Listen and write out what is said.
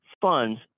funds